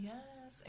Yes